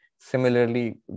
Similarly